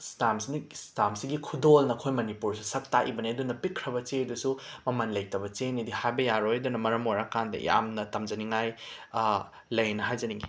ꯁ꯭ꯇꯥꯝꯁꯤꯅ ꯁ꯭ꯇꯥꯝꯁꯤꯒꯤ ꯈꯨꯗꯣꯜꯅ ꯑꯈꯣꯏ ꯃꯅꯤꯄꯨꯔꯁꯦ ꯁꯛ ꯇꯥꯛꯏꯕꯅꯤ ꯑꯗꯨꯅ ꯄꯤꯛꯈ꯭ꯔꯕ ꯆꯦꯗꯨꯁꯨ ꯃꯃꯜ ꯂꯩꯇꯕ ꯆꯦꯅꯦꯗꯤ ꯍꯥꯏꯕ ꯌꯥꯔꯣꯏ ꯑꯗꯨꯅ ꯃꯔꯝ ꯑꯣꯏꯔꯀꯥꯟꯗ ꯌꯥꯝꯅ ꯇꯝꯖꯅꯤꯉꯥꯏ ꯂꯩꯑꯅ ꯍꯥꯏꯖꯅꯤꯡꯉꯤ